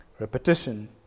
Repetition